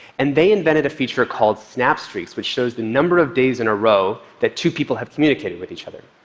and they invented a feature called snapstreaks, which shows the number of days in a row that two people have communicated with each other.